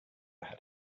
never